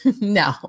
No